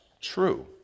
true